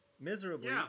miserably